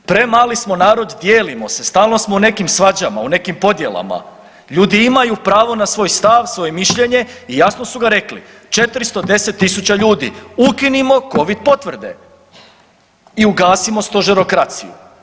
Premali smo narod, dijelimo se, stalno smo u nekim svađama u nekim podjelama, ljudi imaju pravo na svoj stav, svoje mišljenje i jasno su ga rekli 410.000 ljudi ukinimo Covid potvrde i ugasimo stožerokraciju.